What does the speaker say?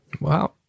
Wow